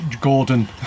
Gordon